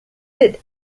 did